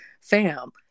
fam